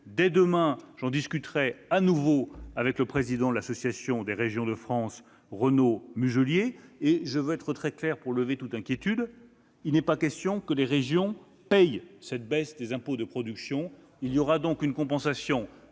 Dès demain, j'en discuterai de nouveau avec le président de l'Association des régions de France, Renaud Muselier. Je veux être très clair pour lever toute inquiétude : il n'est pas question que les régions paient cette baisse d'impôts. Alors, comment faire ? Il y aura donc une compensation